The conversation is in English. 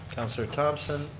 counselor thompson,